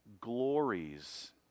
glories